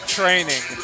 training